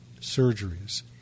surgeries